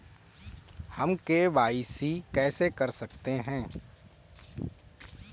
हम के.वाई.सी कैसे कर सकते हैं?